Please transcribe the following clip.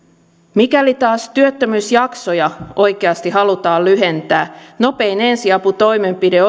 mikäli taas työttömyysjaksoja oikeasti halutaan lyhentää nopein ensiaputoimenpide